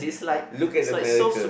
look at America